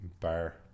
bar